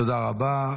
תודה רבה.